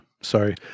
Sorry